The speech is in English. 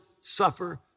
suffer